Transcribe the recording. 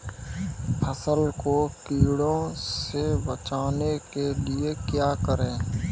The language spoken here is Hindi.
फसल को कीड़ों से बचाने के लिए क्या करें?